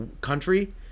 country